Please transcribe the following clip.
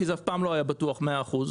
כי זה אף פעם לא היה בטוח ב-100 אחוז.